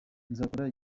nzakora